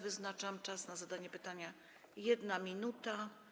Wyznaczam czas na zadanie pytania - 1 minuta.